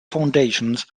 foundations